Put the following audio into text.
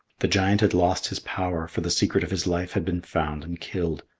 the giant had lost his power, for the secret of his life had been found and killed.